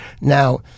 Now